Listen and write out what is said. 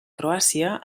croàcia